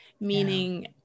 meaning